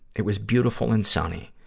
it was beautiful and sunny.